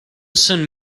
sun